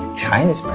china's